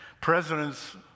Presidents